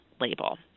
label